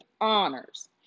honors